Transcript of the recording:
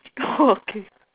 okay